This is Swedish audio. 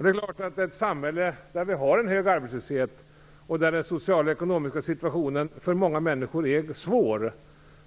Det är klart att det i ett samhälle där vi har en hög arbetslöshet och där den sociala och ekonomiska situationen för många människor är svår